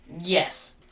Yes